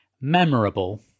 memorable